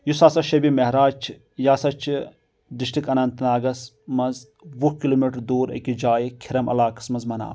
یُس ہسا شبِ معراج چھ یہِ ہسا چھِ ڈرسٹرک اننتہٕ ناگس منٛز وُہ کِلو میٹر دور أکِس جایہِ کھِرم علاقَس منٛز مناونہٕ